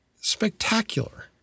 spectacular